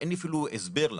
שאין לי אפילו הסבר לה.